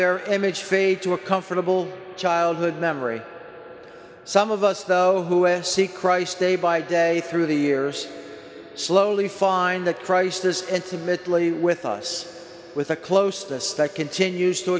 their image fade to a comfortable childhood memory some of us though who see christ day by day through the years slowly find that christ is intimately with us with a closeness that continues to